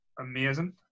amazing